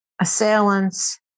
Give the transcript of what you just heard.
assailants